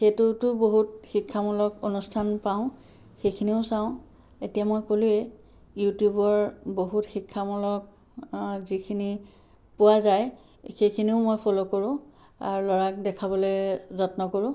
সেইটোতো বহুত শিক্ষামূলক অনুষ্ঠান পাওঁ সেখিনিও চাওঁ এতিয়া মই ক'লোৱে ইউটিউবৰ বহুত শিক্ষামূলক যিখিনি পোৱা যায় সেইখিনিও মই ফ'ল' কৰো আৰু ল'ৰাক দেখাবলৈ যত্ন কৰোঁ